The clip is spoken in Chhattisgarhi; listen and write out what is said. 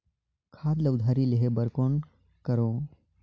खाद ल उधारी लेहे बर कौन करव?